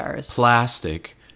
plastic